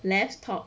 left top